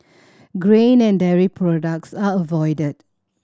grain and dairy products are avoided